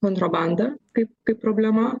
kontrabanda kaip kaip problema